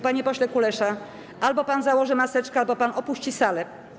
Panie pośle Kulesza, albo pan założy maseczkę, albo pan opuści salę.